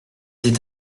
c’est